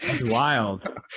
Wild